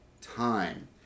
time